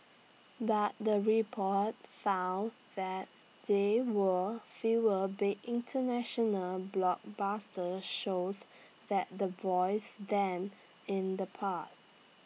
but the report found that there were fewer big International blockbuster shows like The Voice than in the past